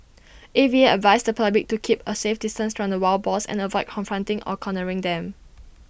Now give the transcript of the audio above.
A V A advised the public to keep A safe distance from the wild boars and avoid confronting or cornering them